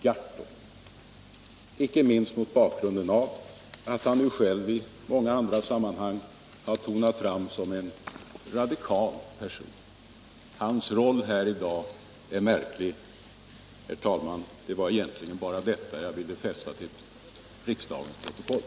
Jag säger det inte minst mot bakgrund av att herr Gahrton i många andra sammanhang har tonat fram som en radikal person. Hans roll här i dag är märklig. Herr talman! Det var egentligen bara detta jag ville ha fört till kammarens protokoll.